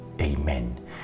Amen